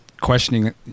questioning